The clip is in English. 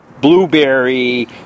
blueberry